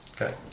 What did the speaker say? Okay